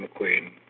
McQueen